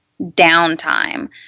downtime